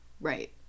Right